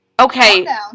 Okay